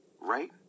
right